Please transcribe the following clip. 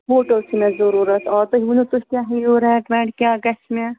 hotel چھُ مےٚ ضروٗرت آ تُہۍ ؤنِو تُہۍ کیٛاہ ہِیٚیِو رینٛٹ وینٛٹ کیٛاہ گژھِ مےٚ